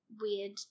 weird